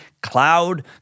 cloud